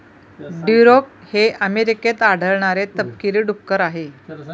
Duroc हे अमेरिकेत आढळणारे तपकिरी डुक्कर आहे